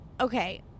okay